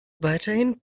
weiterhin